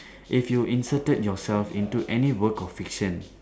if you inserted yourself into any work of fiction